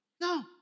No